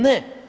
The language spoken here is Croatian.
Ne.